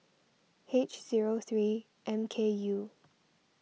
H zero three M K U